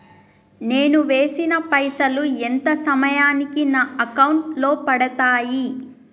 నేను వేసిన పైసలు ఎంత సమయానికి నా అకౌంట్ లో పడతాయి?